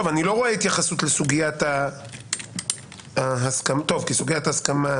אני לא רואה התייחסות לסוגיית ההסכמה כי היא בחוק.